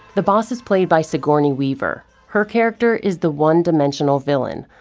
the boss is played by sigourney weaver. her character is the one dimensional villain,